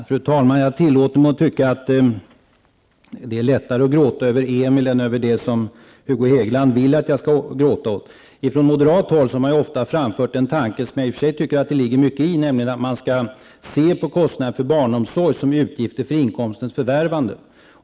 Fru talman! Jag tillåter mig att tycka att det är lättare att gråta över Emil än över det som Hugo Hegeland vill att jag skall gråta över. Från moderat håll har man ofta framfört en tanke, som det i och för sig ligger mycket i, nämligen att man skall se på kostnader för barnomsorg som utgifter för inkomstens förvärvande.